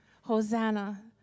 Hosanna